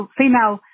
female